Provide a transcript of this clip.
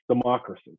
democracy